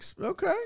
okay